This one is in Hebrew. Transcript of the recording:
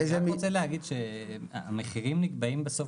אני רק רוצה להגיד שהמחירים נקבעים בסוף